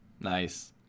Nice